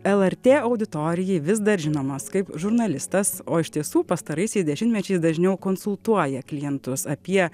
lrt auditorijai vis dar žinomas kaip žurnalistas o iš tiesų pastaraisiais dešimtmečiais dažniau konsultuoja klientus apie